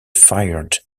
fired